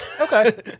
Okay